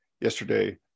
yesterday